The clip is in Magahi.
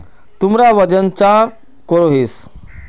तुमरा वजन चाँ करोहिस?